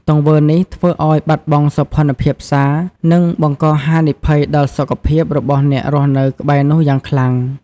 ទង្វើនេះធ្វើឱ្យបាត់បង់សោភ័ណភាពផ្សារ និងបង្កហានិភ័យដល់សុខភាពរបស់អ្នករស់នៅក្បែរនោះយ៉ាងខ្លាំង។